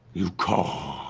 you called.